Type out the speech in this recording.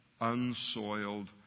unsoiled